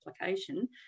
application